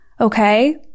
Okay